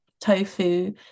tofu